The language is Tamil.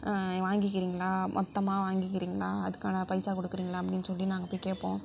வாங்கிக்கிறிங்களா மொத்தமாக வாங்கிக்கிறிங்களா அதுக்கான பைசா கொடுக்குறிங்களா அப்படினு சொல்லி நாங்கள் போய் கேட்போம்